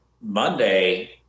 Monday